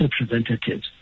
representatives